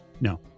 No